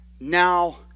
now